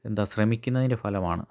എന്താണ് ശ്രമിക്കുന്നതിൻ്റെ ഫലമാണ്